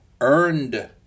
earned